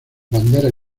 banderas